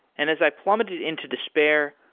and as i plummeted into despair,